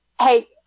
Hey